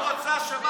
אני מבקש,